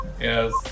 Yes